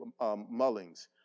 Mullings